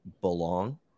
belong